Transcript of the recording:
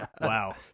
Wow